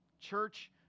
Church